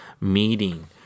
meeting